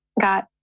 got